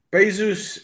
Bezos